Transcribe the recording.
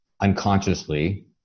unconsciously